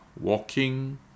walking